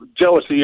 jealousy